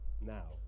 now